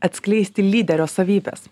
atskleisti lyderio savybes